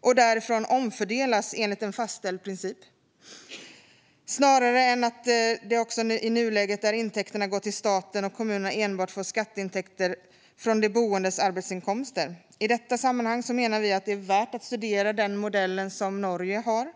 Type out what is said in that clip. och därifrån omfördelas enligt en fastställd princip, snarare än att intäkterna som i nuläget går till staten och kommunerna får skatteintäkter enbart från de boendes arbetsinkomster. I detta sammanhang menar vi att det är värt att studera den modell som Norge har.